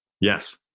Yes